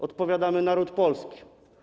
Odpowiadamy: naród polski.